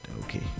Okay